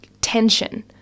tension